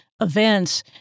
events